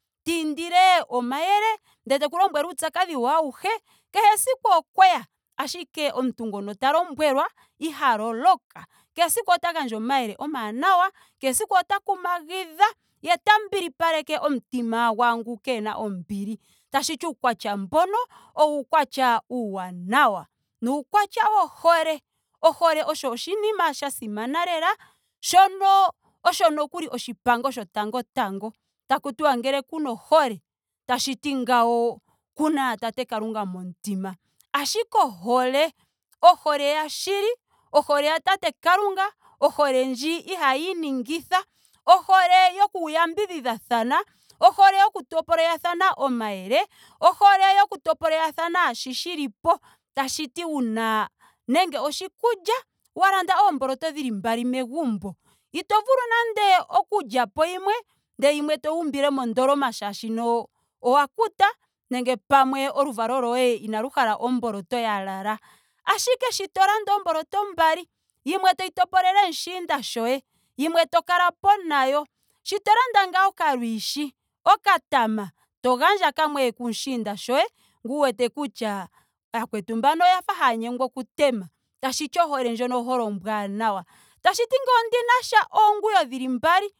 Tiindiile omayele. ndele teku lombwele uupyakadhi we auhe kehe esiku okweya. ashike omuntu ngono ta lombwelwa iha loloka. Kehe esiku ota gandja omayele omaanawa. kehe esiku ota kumagidha. ye ta mbilipaleke omutima gwaangu keena ombili. Tashiti uukwatya mbono wo uukwatya uuwanawa. Nuukwatya wohole. ohole oyo oshinima sha simana lela. shono nokuli osho oshipango shotango tango tango. takuti ngele kuna ohole. tashiti ngawo kuna tate kalunga momutima. Ashike ohole. ohole yashili. ohole ya tate kalunga. ohole ndji ihaayi ningitha. ohole yoku yambidhithathana. ohole yoku topolelathana omayele. ohole yoku topolelathana shoka shilipo. tashiti una nando oshikulya. wa landa oomboloto dhili mbali megumbo. ito vulu nande. ito vulu nando oku lya po yimwe. ndele yimwe toyi umbile mondoloma molwaashoka owa kuta nenge pamwe oluvalo loye inalu hala omboloto ya lala. Ashike sho to landa oomboloto mbali. yimwe toyi topolele mushiinda shoye. yimwe to kalapo nayo. sho to landa ngaa okalwiishi. okatama. to gandja kamwe kumushiinda shoye ngu wete kutya yakwetu mbaka oya fa haya nyengwa oku tema. Tashiti ohole ndjono ohole ombwaanawa. Tashiti ngele ondinasha oonguwo dhili mbali